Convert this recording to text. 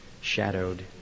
shadowed